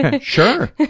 sure